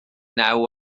naw